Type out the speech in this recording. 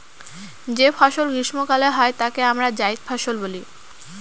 যে ফসল গ্রীস্মকালে হয় তাকে আমরা জাইদ ফসল বলি